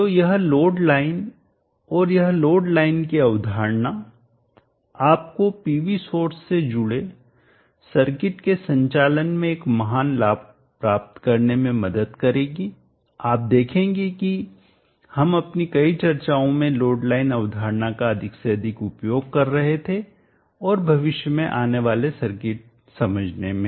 तो यह load line और यह लोड लाइन की अवधारणा आपको पीवी सोर्स से जुड़े सर्किट के संचालन में एक महान लाभ प्राप्त करने में मदद करेगीआप देखेंगे कि हम अपनी कई चर्चाओं में लोड लाइन अवधारणा का अधिक से अधिक उपयोग कर रहे थे और भविष्य में आने वाले सर्किट समझने में